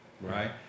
Right